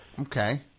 Okay